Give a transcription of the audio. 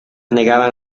negaban